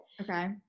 okay